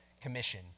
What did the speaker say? Commission